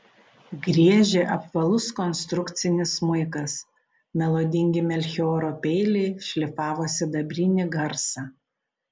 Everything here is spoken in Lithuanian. griežė apvalus konstrukcinis smuikas melodingi melchioro peiliai šlifavo sidabrinį garsą